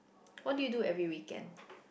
what did you do every weekend